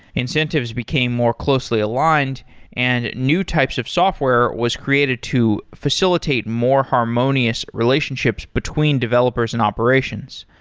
incentives became more closely aligned and new types of software was created to facilitate more harmonious relationships between developers and operations.